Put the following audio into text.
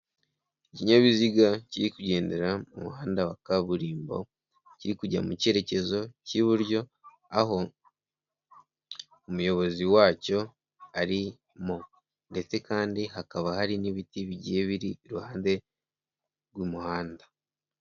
Ikinyabiziga kiri kugendera mu muhanda wa kaburimbo, kiri kujya mu cyerekezo cy'iburyo aho umuyobozi wacyo arimo ndetse kandi hakaba hari n'ibiti bigiye biri iruhande rw'umuhanda.